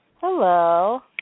Hello